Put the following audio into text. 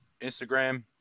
Instagram